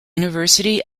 university